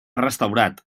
restaurat